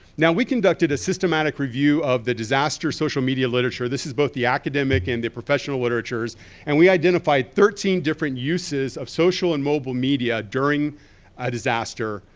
now we conducted a systematic review of the disaster social media literature. this is both the academic and the professional literatures and we identified thirteen different uses of social and mobile media during a disaster,